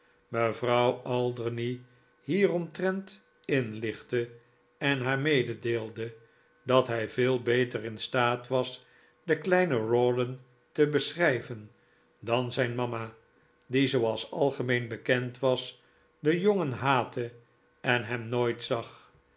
mevrouw alderney hieromtrent inlichtte en haar mededeelde dat hij veel beter in staat was den kleinen rawdon te beschrijven dan zijn mama die zooals algemeen bekend was den jongen haatte en hem nooit zag